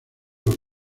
los